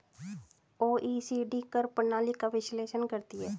OECD कर प्रणाली का विश्लेषण करती हैं